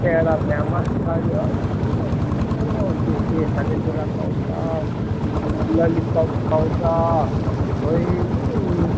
peda famous छ नि हौ के के खानेकुरा पाउँछ ललिपप पाउँछ अमुइनी